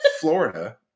Florida